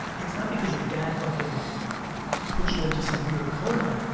it's not because your dad fucking put you into some weird coma,